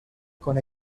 con